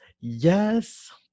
Yes